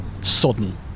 sodden